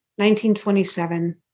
1927